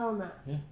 ya